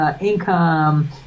Income